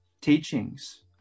teachings